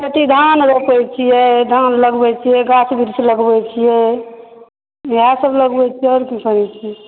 कथी धान रोपै छियै धान लगबै छियै गाछ वृक्ष लगबै छियै इएहसभ लगबै छी आओर की करै छी